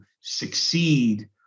succeed